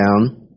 down